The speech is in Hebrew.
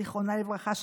זיכרונה לברכה,